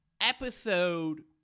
episode